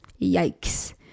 yikes